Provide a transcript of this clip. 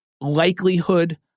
likelihood